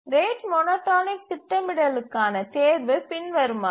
rate monotonic திட்டமிடலுக்கான தேர்வு பின்வருமாறு